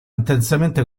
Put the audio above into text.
intensamente